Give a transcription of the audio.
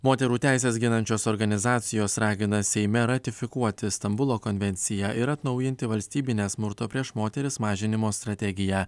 moterų teises ginančios organizacijos ragina seime ratifikuoti stambulo konvenciją ir atnaujinti valstybinę smurto prieš moteris mažinimo strategiją